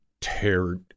tear